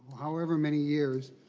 however many years